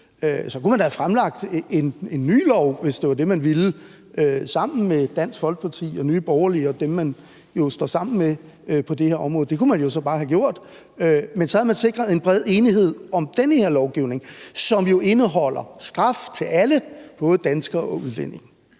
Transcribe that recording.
Så kunne man da have fremlagt en ny lov, hvis det var det, man ville, sammen med Dansk Folkeparti og Nye Borgerlige og dem, man jo står sammen med på det her område – det kunne man jo så bare have gjort – men så havde man sikret en bred enighed om den her lovgivning, som jo indeholder straf til alle, både danskere og udlændinge